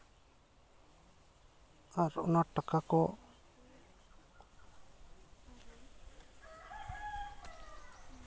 ᱟᱨ ᱚᱱᱟ ᱴᱟᱠᱟ ᱠᱚ